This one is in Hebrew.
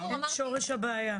הם שורש הבעיה.